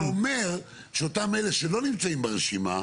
אבל זה אומר שאותם אלה שלא נמצאים ברשימה,